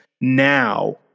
now